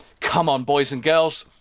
come on boys and girls,